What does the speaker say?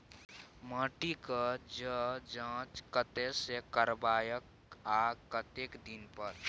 माटी के ज जॉंच कतय से करायब आ कतेक दिन पर?